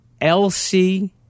LC